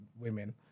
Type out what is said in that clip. women